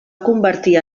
convertir